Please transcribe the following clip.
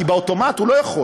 כי באוטומט הוא לא יכול,